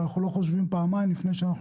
אנחנו לא חושבים פעמיים לפני שאנחנו